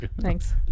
Thanks